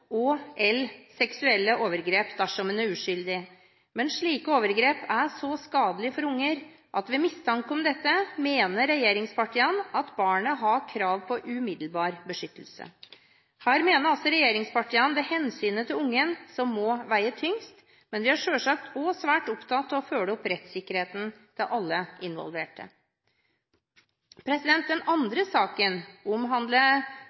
seksuelle overgrep dersom en er uskyldig. Men slike overgrep er så skadelig for barn at ved mistanke om dette mener regjeringspartiene at barnet har krav på umiddelbar beskyttelse. Her mener altså regjeringspartiene at det er hensynet til barnet som må veie tyngst, men vi er selvfølgelig også svært opptatt av å følge opp rettssikkerheten til alle involverte. Den andre saken omhandler